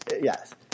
yes